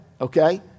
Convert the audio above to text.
Okay